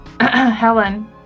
Helen